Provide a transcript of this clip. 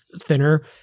thinner